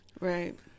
Right